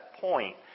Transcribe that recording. point